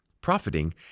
profiting